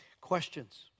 Questions